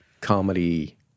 Comedy